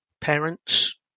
parents